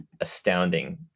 astounding